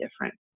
different